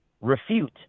refute